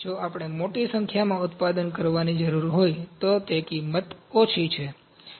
જો આપણે મોટી સંખ્યામાં ઉત્પાદન કરવાની જરૂર હોય તો કિંમત ઓછી છે